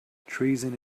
treason